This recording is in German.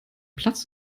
platz